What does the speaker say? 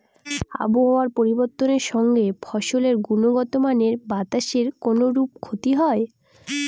আবহাওয়ার পরিবর্তনের সঙ্গে ফসলের গুণগতমানের বাতাসের কোনরূপ ক্ষতি হয়?